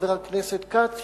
חבר הכנסת כץ,